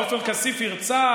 עופר כסיף הרצה,